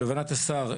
להבנת השר,